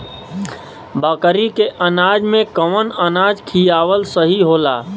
बकरी के अनाज में कवन अनाज खियावल सही होला?